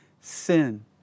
sin